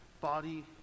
body